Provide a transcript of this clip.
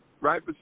right